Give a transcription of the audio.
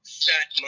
set